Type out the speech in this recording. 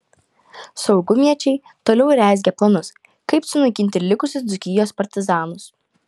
saugumiečiai toliau rezgė planus kaip sunaikinti likusius dzūkijos partizanus